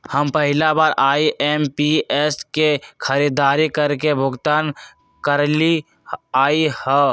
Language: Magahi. हम पहिला बार आई.एम.पी.एस से खरीदारी करके भुगतान करलिअई ह